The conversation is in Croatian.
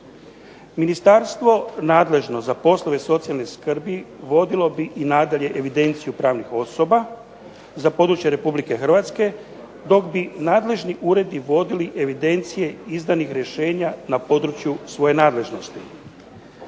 Ministarstvo nadležno za poslove socijalne skrbi vodilo bi i nadalje evidenciju pravnih osoba za područje Republike Hrvatske dok bi nadležni uredi vodili evidencije izdanih rješenja na području svoje nadležnosti.